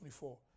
24